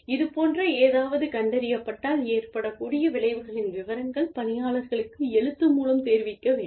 இதுபோன்ற ஏதாவது கண்டறியப்பட்டால் ஏற்படக்கூடிய விளைவுகளின் விவரங்கள் பணியாளர்களுக்கு எழுத்து மூலம் தெரிவிக்க வேண்டும்